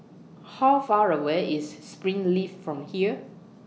How Far away IS Springleaf from here